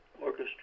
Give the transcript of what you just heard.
orchestra